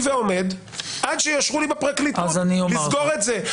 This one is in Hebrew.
ועומד עד שיאשרו לי בפרקליטות לסגור את זה,